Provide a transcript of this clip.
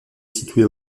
située